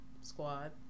Squad